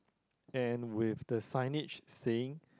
and with the signage saying